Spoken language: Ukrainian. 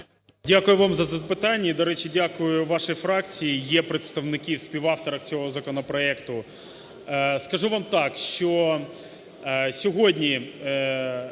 Дякую вам за запитання, і, до речі, дякую вашій фракції, є представники у співавторах цього законопроекту. Скажу вам так, що сьогодні